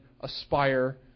aspire